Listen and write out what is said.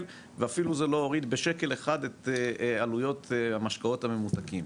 ואפילו זה לא הוריד בשקל אחד את עלויות המשקאות הממותקים,